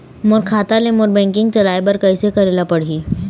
मोर खाता ले मोर बैंकिंग चलाए बर कइसे करेला पढ़ही?